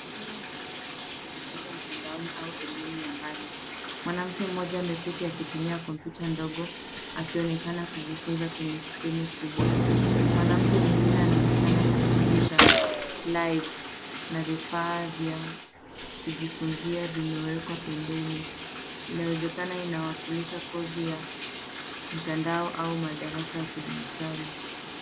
Mchoro unaonesha dhana ya kujifunza mtandaoni au elimu ya mbali. Mwanamke mmoja ameketi akitumia kompyuta ndogo akionekana kujifunza kwenye skrini kubwa. Mwanamke mwingine anaonekana akifundisha live na vifaa vya kujifunzia vimewekwa pembeni. Inawezekana inawakilisha kozi ya mtandao au madarasa ya kidijitali.